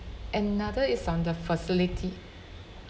another is some the facility